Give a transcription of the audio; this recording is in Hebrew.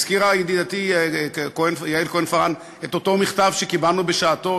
הזכירה ידידתי יעל כהן-פארן את אותו מכתב שקיבלנו בשעתו,